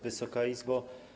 Wysoka Izbo!